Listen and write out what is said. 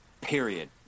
Period